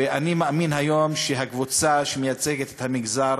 ואני מאמין היום שהקבוצה שמייצגת את המגזר